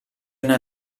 una